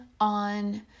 on